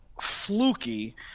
fluky